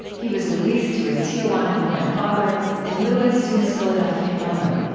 he was luis to his tijuanan-born father and louis to his philadelphian mother.